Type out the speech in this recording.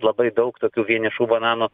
labai daug tokių vienišų bananų